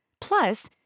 Plus